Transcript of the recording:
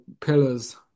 pillars